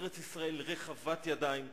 ארץ-ישראל רחבת ידיים,